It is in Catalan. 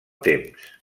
temps